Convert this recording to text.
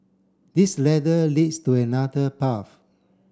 this ladder leads to another path